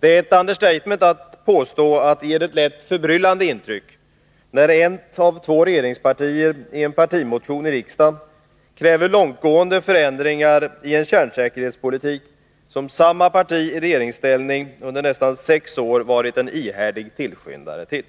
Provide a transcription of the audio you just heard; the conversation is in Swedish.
Det är ett understatement att påstå att det ger ett lätt förbryllande intryck när ett av två regeringspartier i en partimotion i riksdagen kräver långtgående förändringar i en kärnsäkerhetspolitik som samma parti i regeringsställning under nästan sex år varit en ihärdig tillskyndare till.